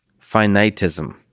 finitism